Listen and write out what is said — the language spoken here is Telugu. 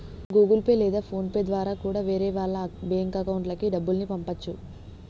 గుగుల్ పే లేదా ఫోన్ పే ద్వారా కూడా వేరే వాళ్ళ బ్యేంకు అకౌంట్లకి డబ్బుల్ని పంపచ్చు